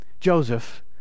Joseph